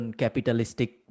capitalistic